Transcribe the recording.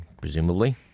presumably